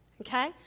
okay